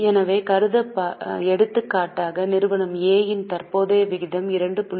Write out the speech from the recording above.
எனவே எடுத்துக்காட்டாக நிறுவனம் A இன் தற்போதைய விகிதம் 2